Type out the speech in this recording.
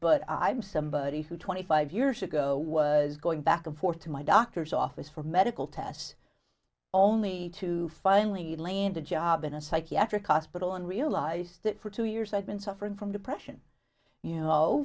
but i'm somebody who twenty five years ago was going back and forth to my doctor's office for medical tests only to finally landed a job in a psychiatric hospital and realized that for two years i've been suffering from depression you know